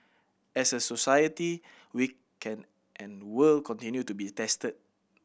as a society we can and will continue to be tested